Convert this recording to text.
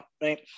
right